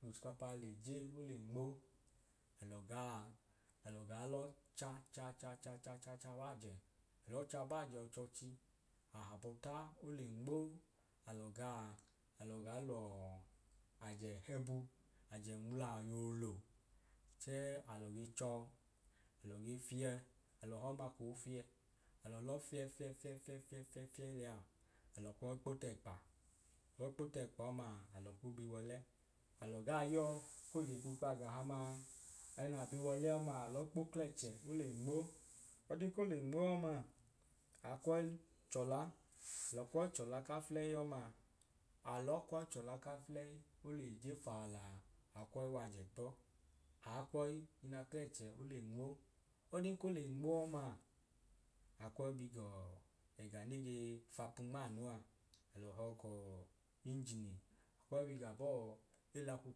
No osckapa l’eje ole nmo alọ gaa alọ gaa lọ cha cha cha cha cha cha baa je, alọọ cha baajẹ ọchọọchi ahabọọta ole nmo alọ gaa alọ gaa lọọ ajẹ hebu, l’ajẹ nwula yoolo chẹẹ alọ ge chọọ alọ ge fiẹ alọ họọma koo fiẹ. Alọ lọọ fiẹ fiẹ fiẹ fiẹ fiẹ fiẹ lẹya, alọ kwọi kpo t’ẹkpa kwọi kpo t’ẹkpa ọmaa alọ ku bi w’ọlẹ. Alọ gaa yọọ ko je pii kp’agahamaa ẹnaa biwaọle ọmaa alọ kpo klẹchẹ ole nmo ọdin k’ole nmo ọmaa akwọi chọla ka fulẹi ọmaa alọọ kwọi chọla ka fulẹi ole je faala akwọi w’ajẹ kpọ aakwọi na klẹchẹ ole nmo ọdin ko le nmo ọma akwọi bi gọọ ẹga negee fapu nmaanu aa alọ họọ kọọ ingini. Akwọi bi ga bọọ elapu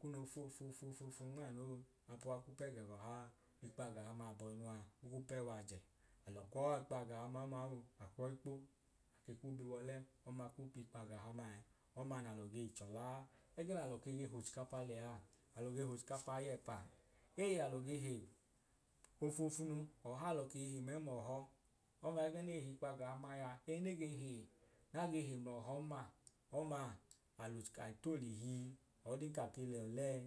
kunu fo fo fo fo nmaanu apua ku pẹ gẹ g’ọhaa ikpaagahama abọinua oku pẹ w’ajẹ alọ kwọọ ikpaagahama ọmau kwọi kpo ke ku biwole ọma ku p’ikpagahama ẹẹ ọma n’alọ gei chọlaa. Ẹge na lọ ke ge h’ochikapa lẹyaa, alọ ge h’ochikapa ay’ẹpa, eyi alọ ge he ofoofunu ọha alọ ge he mẹml’ọhọ. Oma ege n’ehiikpaagahama ẹnege he na ge he ml’ọhọn ma alọc ai t’olihi ọdin ka ke lẹ ọlẹẹ